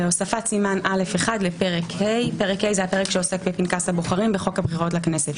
על סדר-היום: הצעת חוק הבחירות לכנסת